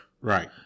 Right